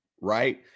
right